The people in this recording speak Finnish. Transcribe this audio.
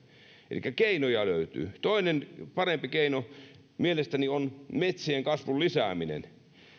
elikkä keinoja löytyy toinen mielestäni parempi keino on metsien kasvun lisääminen